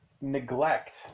neglect